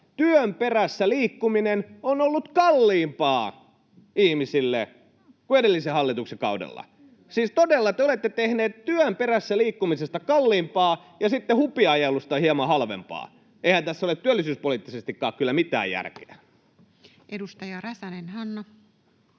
työn perässä liikkuminen on ollut kalliimpaa ihmisille kuin edellisen hallituksen kaudella. Siis te todella olette tehneet työn perässä liikkumisesta kalliimpaa ja sitten hupiajelusta hieman halvempaa. Eihän tässä ole työllisyyspoliittisestikaan kyllä mitään järkeä. [Speech 589]